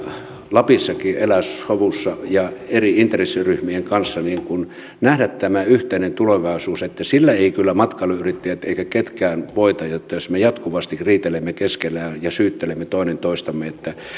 lapissakin elää sovussa ja eri intressiryhmien kanssa nähdä tämän yhteisen tulevaisuuden sillä eivät kyllä matkailuyrittäjät eivätkä ketkään voita jos me jatkuvasti riitelemme keskenämme ja syyttelemme toinen toistamme